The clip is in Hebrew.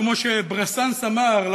כמו שברסנס אמר,